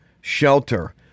shelter